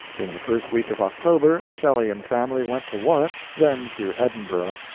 in the first week of october shelley and family went to warwick, then to edinburgh,